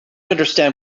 understand